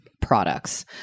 products